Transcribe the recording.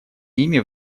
ними